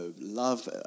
love